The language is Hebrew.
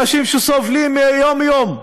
אנשים שסובלים יום-יום.